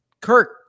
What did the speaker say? kirk